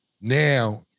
Now